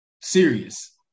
serious